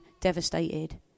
devastated